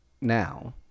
now